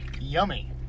yummy